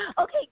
Okay